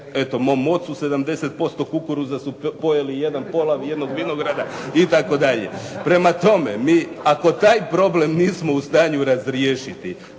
eto mom ocu 70% kukuruza su pojeli, jedan pola, jednog vinograda itd. Prema tome, mi ako taj problem nismo u stanju razriješiti,